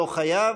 לא חייב,